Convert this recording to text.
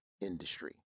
industry